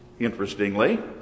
Interestingly